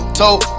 told